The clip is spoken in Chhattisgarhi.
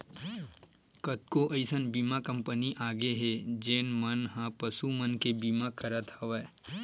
कतको अइसन बीमा कंपनी आगे हे जेन मन ह पसु मन के बीमा करत हवय